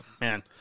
man